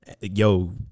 yo